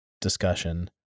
discussion